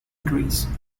greece